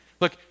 Look